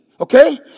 Okay